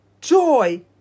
joy